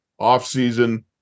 offseason